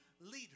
leader